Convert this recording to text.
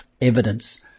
evidence